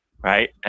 Right